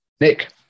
Nick